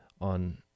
on